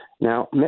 Now